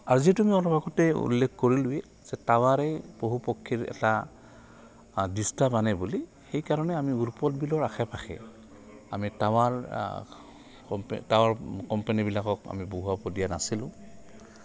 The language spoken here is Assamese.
আৰু যিহেতু আমি অলপ আগতেই উল্লেখ কৰিলোঁৱেই যে টাৱাৰেই পশু পক্ষীৰ এটা ডিষ্টাৰ্ব আনে বুলি সেইকাৰণে আমি উৰ্পদ বিলৰ আশে পাশে আমি টাৱাৰ টাৱাৰ কোম্পেনীবিলাকক আমি বহুৱাব দিয়া নাছিলোঁ